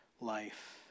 life